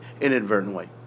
inadvertently